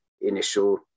initial